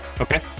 Okay